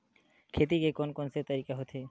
खेती के कोन कोन से तरीका होथे?